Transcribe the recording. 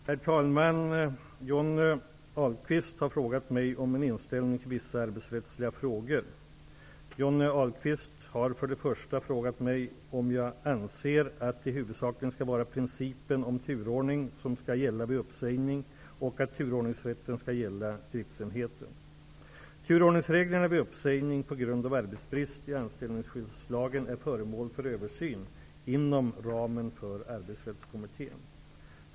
Herr talman! Johnny Ahlqvist har frågat mig om min inställning till vissa arbetsrättsliga frågor. Johnny Ahlqvist har för det första frågat mig om jag anser att det huvudsakligen skall vara principen om turordning som skall gälla vid uppsägning och att turordningsrätten skall gälla driftsenheten. Turordningsreglerna vid uppsägning på grund av arbetsbrist i anställningsskyddslagen är föremål för översyn inom ramen för Arbetsrättskommittén.